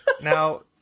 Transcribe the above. Now